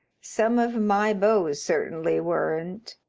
some of my beaux certainly weren't.